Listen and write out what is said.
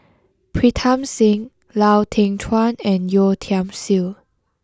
Pritam Singh Lau Teng Chuan and Yeo Tiam Siew